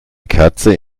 katze